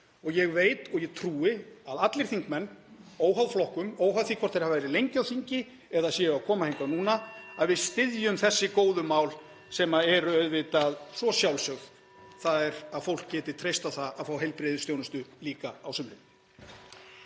Ég veit og trúi því að allir þingmenn, óháð flokkum, óháð því hvort þeir hafi verið lengi á þingi eða séu að koma hingað núna, (Forseti hringir.) styðji þessi góðu mál sem eru auðvitað svo sjálfsögð, þ.e. að fólk geti treyst á að fá heilbrigðisþjónustu líka á sumrin.